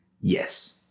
yes